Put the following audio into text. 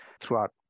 Throughout